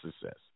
success